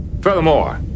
Furthermore